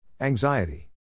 anxiety